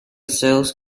sales